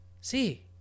See